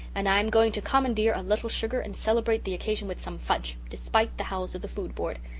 and i am going to commandeer a little sugar and celebrate the occasion with some fudge, despite the howls of the food board.